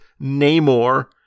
Namor